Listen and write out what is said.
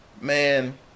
man